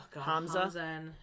Hamza